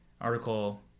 Article